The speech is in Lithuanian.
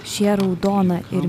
šie raudona ir